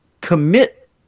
commit